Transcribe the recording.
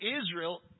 Israel